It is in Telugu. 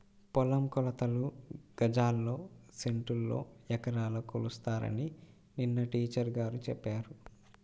పొలం కొలతలు గజాల్లో, సెంటుల్లో, ఎకరాల్లో కొలుస్తారని నిన్న టీచర్ గారు చెప్పారు